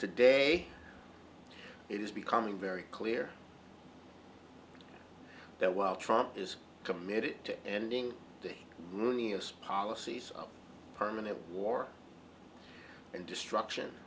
today it is becoming very clear that while trump is committed to ending the looniest policies of permanent war and destruction